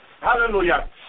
hallelujah